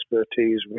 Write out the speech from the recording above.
expertise